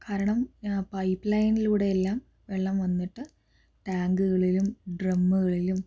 കാരണം പൈപ്പ് ലൈനിലൂടെ എല്ലാം വെള്ളം വന്നിട്ട് ടാങ്കുകളിലും ഡ്രമ്മുകളിലും